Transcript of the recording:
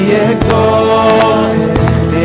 exalted